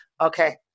okay